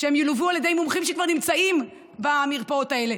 שילוו על ידי מתמחים שכבר נמצאים במרפאות האלה.